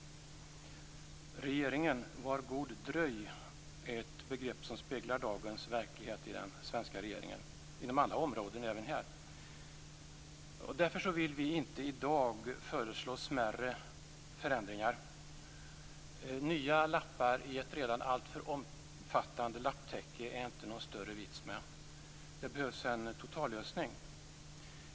Regeringen, var god dröj! är ett begrepp som speglar dagens verklighet för den svenska regeringen inom alla områden, även här. Därför vill vi inte i dag föreslå smärre förändringar. Nya lappar i ett redan alltför omfattande lapptäcke är det inte någon större vits med. Det behövs en totallösning.